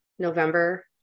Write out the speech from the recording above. november